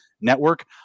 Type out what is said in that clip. Network